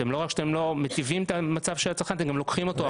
לא רק שאתם לא מיטיבים את המצב של הצרכן אלא אתם גם לוקחים אותו אחורה.